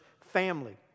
family